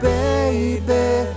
Baby